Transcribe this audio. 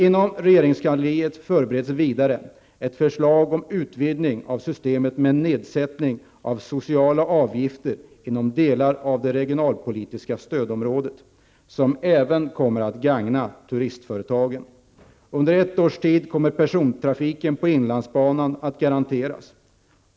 Inom regeringskansliet förbereds vidare ett förslag om utvidgning av systemet med nedsättning av sociala avgifter inom delar av det regionalpolitiska stödområdet som även kommer att gagna turistföretagen. Under ett års tid kommer persontrafiken på inlandsbanan att garanteras.